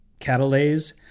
Catalase